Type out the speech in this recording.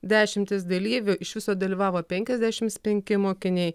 dešimtis dalyvių iš viso dalyvavo penkiasdešimt penki mokiniai